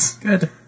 good